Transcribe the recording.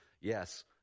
yes